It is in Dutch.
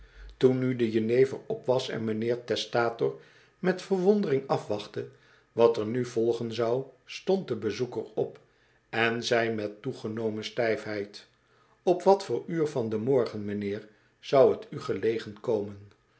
toen nu de jenever op was en mijnheer testator met verwondering afwachtte wat er nu volgen zou stond de bezoeker op en zei met toegenomen stijfheid op wat voor uur van den morgen mijnheer zou t u gelegen komen